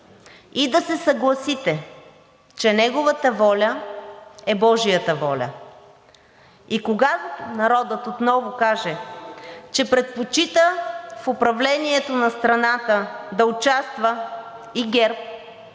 и да се съгласите, че неговата воля е божията воля. И когато народът отново каже, че предпочита в управлението на страната да участва и ГЕРБ,